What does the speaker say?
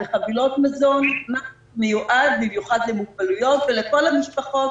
בחבילות מזון מיועד במיוחד למוגבלויות ולכל המשפחות.